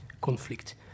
conflict